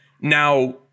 Now